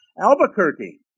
Albuquerque